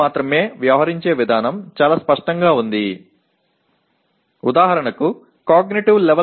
அறிவாற்றல் நிலை குறித்து பார்ப்போம் உதாரணமாக இது U